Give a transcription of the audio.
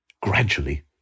gradually